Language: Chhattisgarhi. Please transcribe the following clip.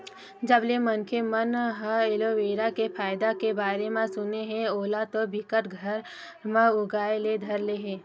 जब ले मनखे मन ह एलोवेरा के फायदा के बारे म सुने हे ओला तो बिकट घर म उगाय ले धर ले हे